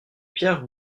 pierre